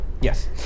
yes